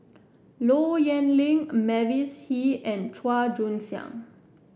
Low Yen Ling Mavis Hee and Chua Joon Siang